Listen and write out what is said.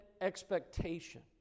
expectation